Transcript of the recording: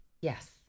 yes